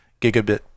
gigabit